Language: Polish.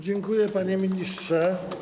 Dziękuję, panie ministrze.